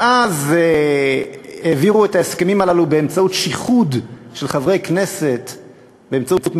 ואז העבירו את ההסכמים הללו באמצעות שיחוד של חברי כנסת ב"מיצובישי",